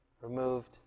removed